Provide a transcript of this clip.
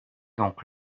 donc